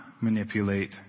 manipulate